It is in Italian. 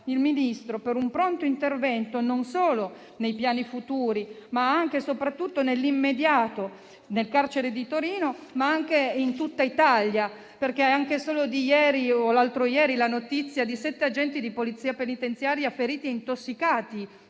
quindi a un pronto intervento non solo nei piani futuri, ma anche e soprattutto nell'immediato, nel carcere di Torino, ma anche in tutta Italia. È recentissima la notizia di sette agenti di Polizia penitenziaria feriti e intossicati